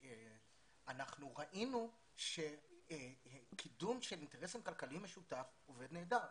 אנחנו ראינו שקידום של אינטרס כלכלי משותף עובד נהדר.